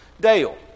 Dale